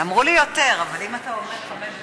אמרו לי יותר, אבל אם אתה אומר חמש דקות.